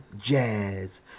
Jazz